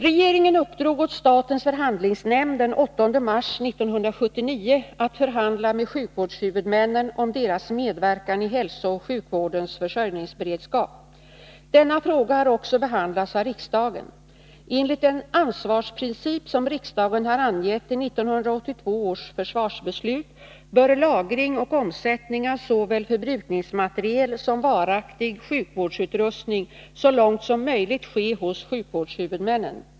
Regeringen uppdrog åt statens förhandlingsnämnd den 8 mars 1979 att förhandla med sjukvårdshuvudmännen om deras medverkan i hälsooch sjukvårdens försörjningsberedskap. Denna fråga har också behandlats av riksdagen. Enligt den ansvarsprincip som riksdagen har angett i 1982 års försvarsbeslut bör lagring och omsättning av såväl förbrukningsmateriel som varaktig sjukvårdsutrustning så långt möjligt ske hos sjukvårdshuvudmännen.